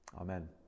Amen